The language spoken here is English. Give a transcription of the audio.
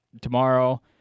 tomorrow